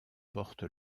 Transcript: porte